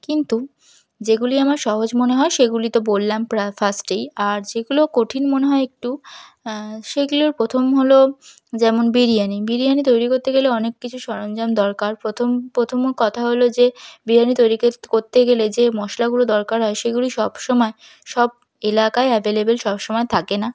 কিন্তু যেগুলি আমার সহজ মনে হয় সেগুলি তো বললাম প্রা ফার্স্টেই আর যেগুলো কঠিন মনে হয় একটু সেগুলোর প্রথম হল যেমন বিরিয়ানি বিরিয়ানি তৈরি করতে গেলে অনেক কিছু সরঞ্জাম দরকার প্রথম প্রথম কথা হল যে বিরিয়ানি তৈরি করতে গেলে যে মশলাগুলো দরকার হয় সেগুলি সব সময় সব এলাকায় অ্যাভেলেবেল সব সময় থাকে না